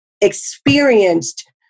experienced